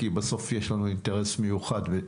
כי בסוף יש לנו אינטרס אחיד.